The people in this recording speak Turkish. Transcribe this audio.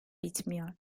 bitmiyor